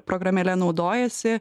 programėle naudojasi